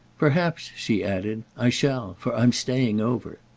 perhaps, she added, i shall for i'm staying over.